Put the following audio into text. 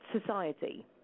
society